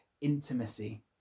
intimacy